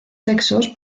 sexos